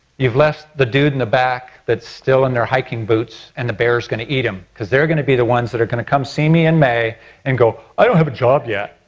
you've left the dude in the back that's still in their hiking boots and the bear's gonna eat him. because they're gonna be the ones that are gonna come see me in may and go i don't have a job yet